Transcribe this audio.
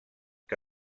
que